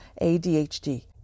ADHD